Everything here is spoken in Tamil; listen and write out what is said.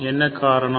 என்ன காரணம்